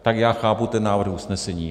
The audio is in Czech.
Tak já chápu návrh usnesení.